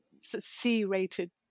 C-rated